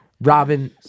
Robin